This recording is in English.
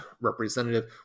representative